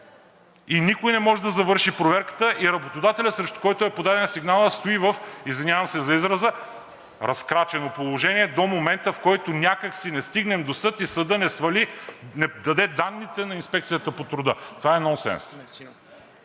и никой не може да завърши проверката, и работодателят, срещу когото е подаден сигналът, стои, извинявам се за израза, в разкрачено положение до момента, в който някак си не стигнем до съд и съдът не свали, не даде данните на Инспекцията по труда! Това е нонсенс.